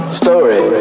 story